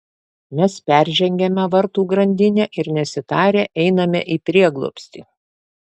mes peržengiame vartų grandinę ir nesitarę einame į prieglobstį